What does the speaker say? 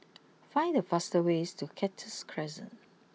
find the fastest way to Cactus Crescent